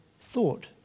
thought